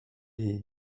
jej